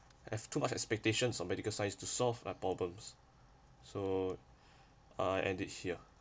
have too much expectations on medical science to solve their problems so I end it here